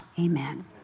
Amen